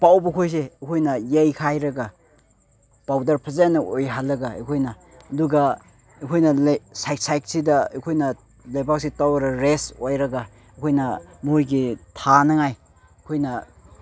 ꯄꯧꯕ ꯈꯩꯁꯦ ꯑꯩꯈꯣꯏꯅ ꯌꯩꯈꯥꯏꯔꯒ ꯄꯥꯎꯗꯔ ꯐꯖꯅ ꯑꯣꯏꯍꯟꯂꯒ ꯑꯩꯈꯣꯏꯅ ꯑꯗꯨꯒ ꯑꯩꯈꯣꯏꯅ ꯂꯩ ꯁꯥꯏꯗ ꯁꯥꯏꯗꯁꯤꯗ ꯑꯩꯈꯣꯏꯅ ꯂꯩꯄꯥꯛꯁꯦ ꯇꯧꯔꯒ ꯔꯦꯁ ꯑꯣꯏꯔꯒ ꯑꯩꯈꯣꯏꯅ ꯃꯣꯏꯒꯤ ꯊꯥꯅꯤꯡꯉꯥꯏ ꯑꯩꯈꯣꯏꯅ